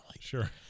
Sure